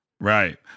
Right